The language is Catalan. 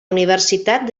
universitat